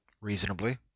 reasonably